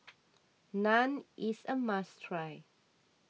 Naan is a must try